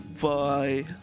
Bye